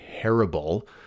terrible